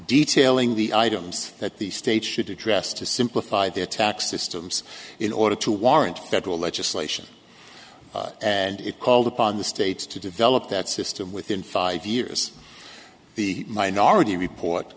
detailing the items that the states should address to simplify the tax systems in order to warrant federal legislation and it called upon the states to develop that system within five years the minority report